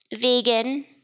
vegan